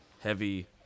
heavy